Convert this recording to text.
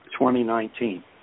2019